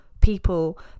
people